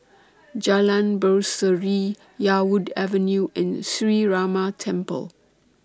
Jalan Berseri Yarwood Avenue and Sree Ramar Temple